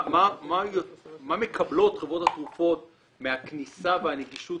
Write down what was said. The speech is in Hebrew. מה מקבלות חברות התרופות מהכניסה והנגישות